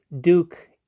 Duke